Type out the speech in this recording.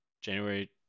January